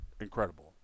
Incredible